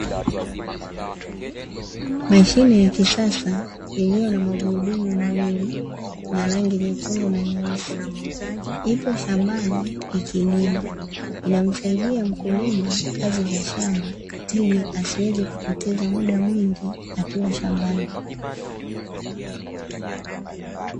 Mashine ya kisasa iliyo na magurudumu mawili na rangi nyekundu na nyeusi ipo shambani ikilima inamsaidia mkulima kazi za shamba ili asiweze kupoteza muda mwingi akiwa shambani.